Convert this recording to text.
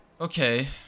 Okay